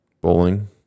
Bowling